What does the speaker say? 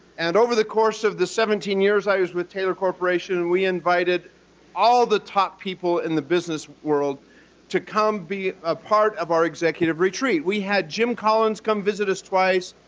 and over the course of this seventeen years i was with taylor corporation, we invited all the top people in the business world to come be a part of our executive retreat. we had jim collins come visit us twice.